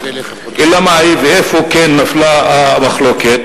אלא מאי, ואיפה כן נפלה המחלוקת?